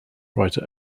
writer